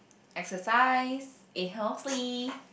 exercise be healthy